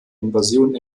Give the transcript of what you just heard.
invasion